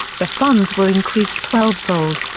the funds were increased twelvefold,